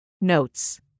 Notes